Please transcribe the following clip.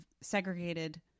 segregated